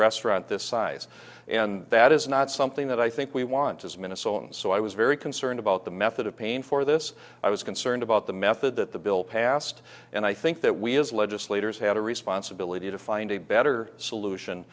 restaurant this size and that is not something that i think we want as minnesotans so i was very concerned about the method of pain for this i was concerned about the method that the bill passed and i think that we as legislators have a responsibility to find a better solution